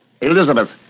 Elizabeth